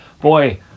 boy